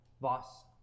Boss